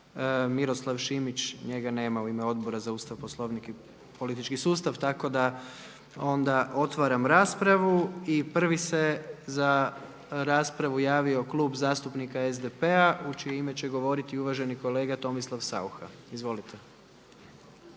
Miroslav Šimić, njega nema u ime Odbora za Ustav, Poslovnik i politički sustav. Tako da onda otvaram raspravu. I prvi se za raspravu javio Klub zastupnika SDP-a u čije ime će govoriti uvaženi kolega Tomislav Saucha. Izvolite.